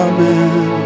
Amen